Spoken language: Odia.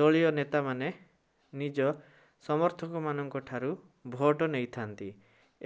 ଦଳୀୟ ନେତାମାନେ ନିଜ ସମର୍ଥକମାନଙ୍କ ଠାରୁ ଭୋଟ୍ ନେଇଥାନ୍ତି